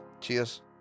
Cheers